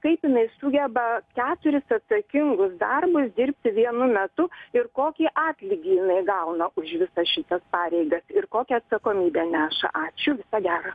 kaip jinai sugeba keturis atsakingus darbus dirbti vienu metu ir kokį atlygį jinai gauna už visas šitas pareigas ir kokią atsakomybę neša ačiū viso gero